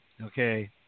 okay